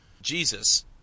Jesus